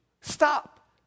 stop